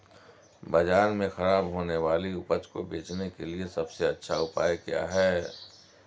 बाजार में खराब होने वाली उपज को बेचने के लिए सबसे अच्छा उपाय क्या हैं?